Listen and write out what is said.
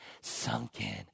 sunken